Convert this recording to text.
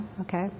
okay